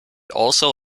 also